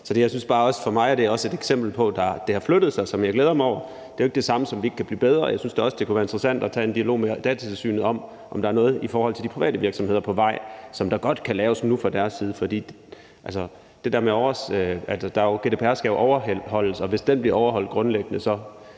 Så for mig er det også et eksempel på, at det har flyttet sig, hvilket jeg glæder mig over. Det er jo ikke det samme, som at vi ikke kan blive bedre. Jeg synes da også, det kunne være interessant at tage en dialog med Datatilsynet om, om der er noget på vej i forhold til de private virksomheder, hvilket der godt kan laves nu fra deres side. For GDPR skal jo overholdes, og hvis den bliver overholdt grundlæggende, er